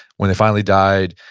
when they finally died,